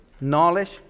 knowledge